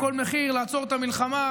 בכל מחיר לעצור את המלחמה,